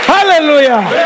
Hallelujah